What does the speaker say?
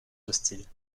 hostiles